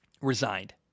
resigned